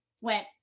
went